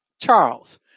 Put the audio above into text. Charles